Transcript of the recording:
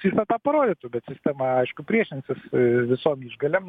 visą tą parodytų bet sistema aišku priešinsis visom išgalėm